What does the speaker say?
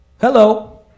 hello